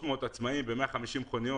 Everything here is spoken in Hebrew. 300 עצמאים ב-150 מכוניות.